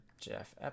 Jeff